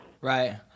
Right